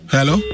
Hello